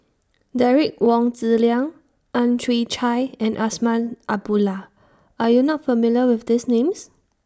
Derek Wong Zi Liang Ang Chwee Chai and Azman Abdullah Are YOU not familiar with These Names